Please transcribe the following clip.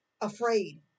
afraid